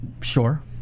Sure